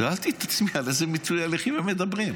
שאלתי את עצמי, על איזה מיצוי הליכים הם מדברים?